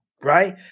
right